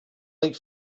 like